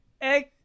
egg